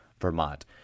Vermont